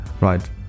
Right